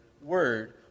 word